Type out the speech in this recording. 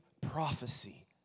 prophecy